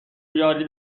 یاری